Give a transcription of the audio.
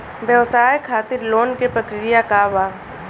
व्यवसाय खातीर लोन के प्रक्रिया का बा?